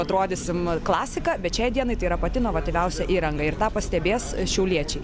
atrodysim klasika bet šiai dienai tai yra pati inovatyviausia įranga ir tą pastebės šiauliečiai